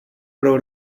pro